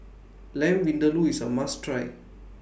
Lamb Vindaloo IS A must Try